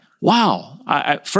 Wow